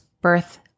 birth